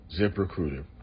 ZipRecruiter